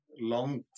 long